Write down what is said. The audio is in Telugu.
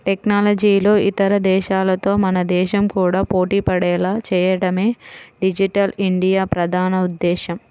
టెక్నాలజీలో ఇతర దేశాలతో మన దేశం కూడా పోటీపడేలా చేయడమే డిజిటల్ ఇండియా ప్రధాన ఉద్దేశ్యం